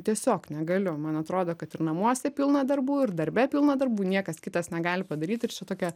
tiesiog negaliu man atrodo kad ir namuose pilna darbų ir darbe pilna darbų niekas kitas negali padaryt ir čia tokia